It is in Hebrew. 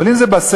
אבל אם זה בסתר,